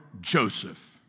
Joseph